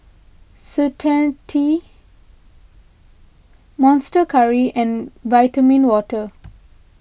Certainty Monster Curry and Vitamin Water